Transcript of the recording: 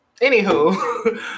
anywho